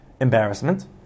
embarrassment